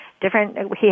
different